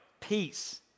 peace